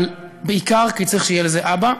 אבל בעיקר כי צריך שיהיה לזה אבא,